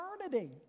eternity